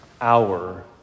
hour